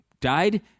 died